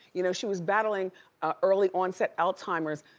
you know, she was battling early onset-alzheimer's,